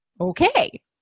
okay